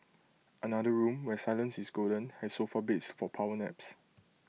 another room where silence is golden has sofa beds for power naps